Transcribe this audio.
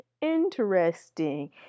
interesting